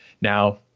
Now